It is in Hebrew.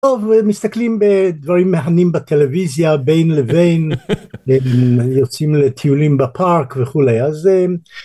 מסתכלים בדברים מהנים בטלוויזיה בין לבין יוצאים לטיולים בפארק וכולי אז